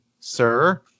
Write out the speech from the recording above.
sir